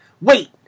Wait